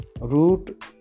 root